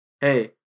hey